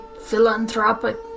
philanthropic